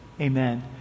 amen